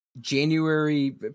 January